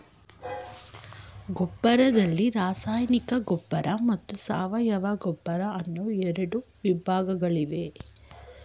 ಗೊಬ್ಬರದಲ್ಲಿ ರಾಸಾಯನಿಕ ಗೊಬ್ಬರ ಮತ್ತು ಸಾವಯವ ಗೊಬ್ಬರ ಅನ್ನೂ ಎರಡು ವಿಧಗಳಿವೆ